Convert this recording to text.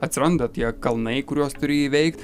atsiranda tie kalnai kuriuos turi įveikt